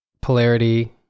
polarity